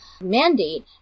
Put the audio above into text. mandate